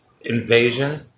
invasion